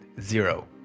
zero